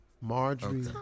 Marjorie